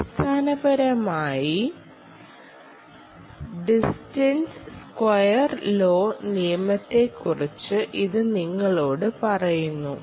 അടിസ്ഥാനപരമായി distance square law നിയമത്തെക്കുറിച്ച് ഇത് നിങ്ങളോട് പറയുന്നു